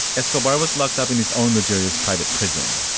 escobar was locked up in his own luxurious private prison,